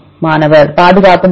மாணவர் பாதுகாப்பு மதிப்பெண்